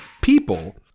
people